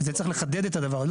צריך לחדד את הדבר הזה.